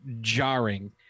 jarring